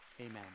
amen